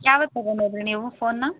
ಯಾವತ್ತು ತಗೊಂಡೋದಿರಿ ನೀವು ಫೋನ್ನಾ